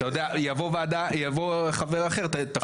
אתה יודע, יבוא חבר אחר, תפנה אותו.